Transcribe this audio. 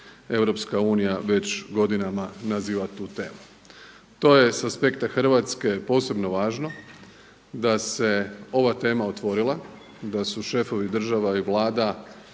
pogledu EU već godinama naziva tu temu. To je sa aspekta Hrvatske posebno važno da se ova tema otvorila, da su šefovi država i vlada